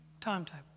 timetable